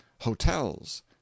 hotels